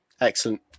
Excellent